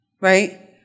right